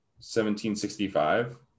1765